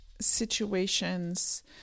situations